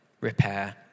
repair